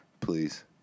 Please